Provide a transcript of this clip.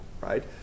right